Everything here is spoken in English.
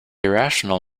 irrational